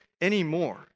anymore